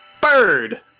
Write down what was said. Bird